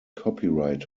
copyright